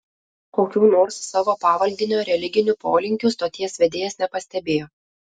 kokių nors savo pavaldinio religinių polinkių stoties vedėjas nepastebėjo